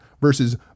versus